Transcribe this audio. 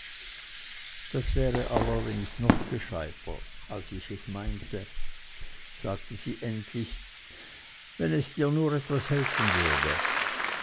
das wäre allerdings noch gescheiter als wie ich es meinte sagte sie endlich wenn es dir nur etwas helfen würde